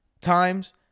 times